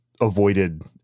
avoided